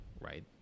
right